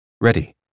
Ready